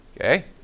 Okay